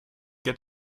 get